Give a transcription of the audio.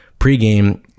pregame